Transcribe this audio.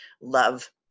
love